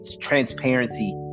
transparency